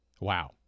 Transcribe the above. Wow